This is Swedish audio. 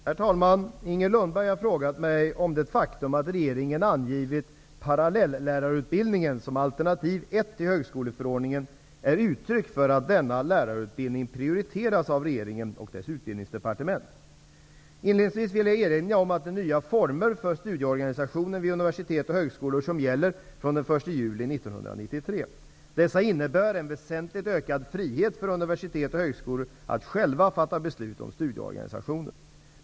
Herr talman! Inger Lundberg har frågat mig om det faktum att regeringen angivit parallelllärarutbildningen som alternativ 1 i högskoleförordningen är uttryck för att denna lärarutbildning prioriteras av regeringen och dess utbildningsdepartement. Inledningsvis vill jag erinra om de nya former för studieorganisatioinen vid universitet och högskolor som gäller från den 1 juli 1993. Dessa innebär en väsentligt ökad frihet för universitet och högskolor att själva fatta beslut om studieorganisationen.